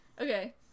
Okay